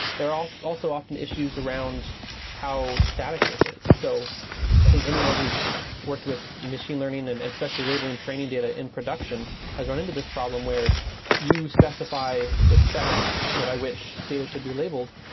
there are also often issues around how static this is. so i think anyone who's worked with machine learning and especially labeling, training data in production, has run into this problem where you specify the specs you know by which data should be labeled.